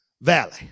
valley